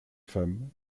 femme